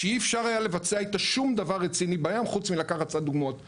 ואי אפשר היה לבצע איתה שום דבר רציני בים חוץ מלקחת קצת דוגמאות מים.